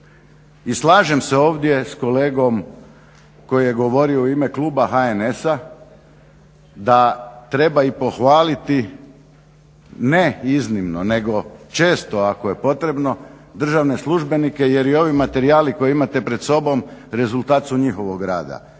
I slažem se ovdje s kolegom koji je govorio u ime kluba HNS-a da treba i pohvaliti ne iznimno nego često ako je potrebno, državne službenike jer i ovi materijali koje imate pred sobom rezultat su njihovog rada.